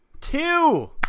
two